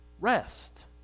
Rest